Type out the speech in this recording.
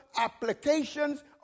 applications